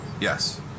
yes